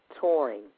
Touring